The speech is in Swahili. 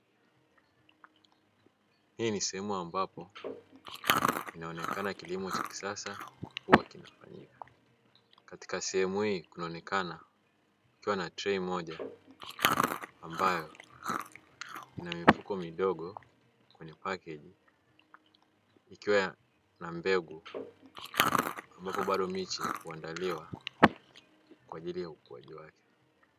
Hii ni sehemu ambapo inaonekana kilimo cha kisasa huwa kinafanyika, katika sehemu hii kunaonekana kuwa na trei moja ambayo ina mifuko midogo kwenye pakeji ikiwa na mbegu ambapo bado miche huandaliwa kwa ajili ya ukuaji wake.